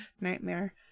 Nightmare